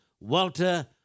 Walter